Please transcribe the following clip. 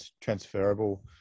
transferable